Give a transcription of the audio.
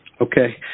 Okay